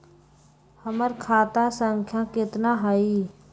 हमर खाता संख्या केतना हई?